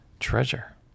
treasure